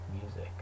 music